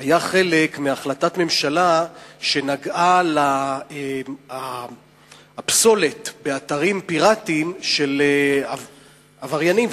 היה חלק מהחלטת ממשלה שנגעה לפסולת באתרים פיראטיים של עבריינים.